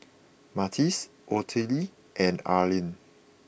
Martez Ottilie and Arlene